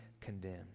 condemned